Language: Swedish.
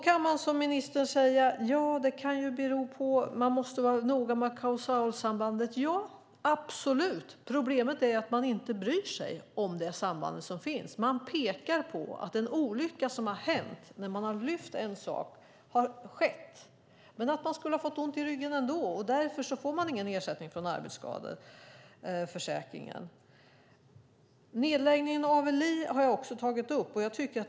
Man kan som ministern säga att man måste vara noga med kausalsambandet. Ja, absolut, problemet är bara att man inte bryr sig om det samband som finns. Man pekar på att en olycka som skett när någon lyft en sak har skett men att personen i fråga skulle ha fått ont i ryggen ändå, och därför får den personen ingen ersättning från arbetsskadeförsäkringen. Jag har tagit upp nedläggningen av ALI.